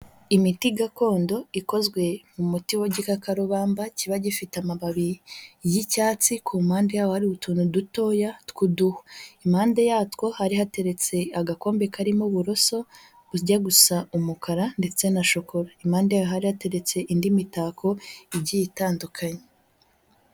Imiti gakondo, ikozwe mu muti wa gikakarubamba kiba gifite amababi y'icyatsi, ku mpande yaho hari utuntu dutoya tw'uduhu, impande yatwo hari hateretse agakombe karimo uburoso, bujya gusa umukara ndetse na shokora, impande yaho hari hateretse indi mitako igiye itandukanye.